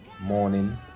morning